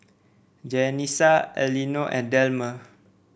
Janessa Elinor and Delmer